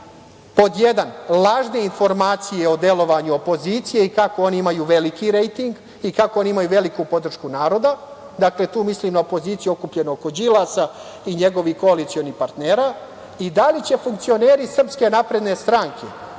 pod jedan, lažne informacije o delovanju opozicije i kako oni imaju veliki rejting i kako oni imaju veliku podršku naroda, dakle, tu mislim na opoziciju okupljenu oko Đilasa i njegovih koalicionih partnera, i da li će funkcioneri SNS, pa i SPS koja je